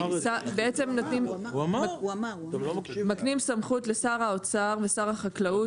בעצם מקנים סמכות לשר האוצר ושר החקלאים,